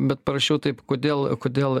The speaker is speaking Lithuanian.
bet parašiau taip kodėl kodėl